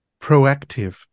proactive